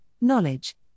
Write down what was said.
knowledge